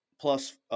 plus –